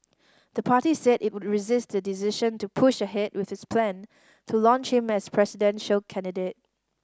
the party said it would resist the decision and push ahead with its plan to launch him as presidential candidate